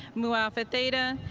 mu alpha theta,